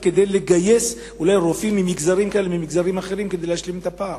אולי כדי לגייס רופאים ממגזרים אחרים כדי להשלים את הפער?